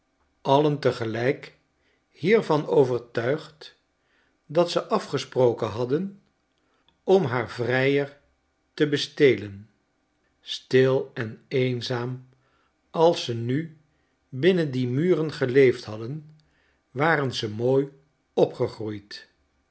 alien tegelijk hiervan overtuigd dat ze afgesproken hadden om haar vrijer te bestelen stil en eenzaam als ze nu binnen die muren geleefd hadden waren ze mooi opgegroeid